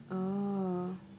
oo